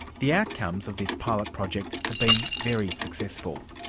the outcomes of this pilot project have been very successful.